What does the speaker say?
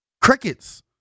Crickets